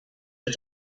ist